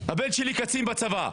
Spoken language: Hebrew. הבן שלי קצין בצבא,